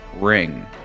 ring